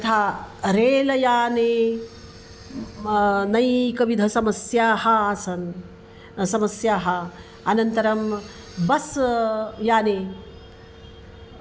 यथा रेलयाने म नैकविधसमस्याः आसन् समस्याः अनन्तरं बस्याने